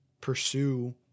pursue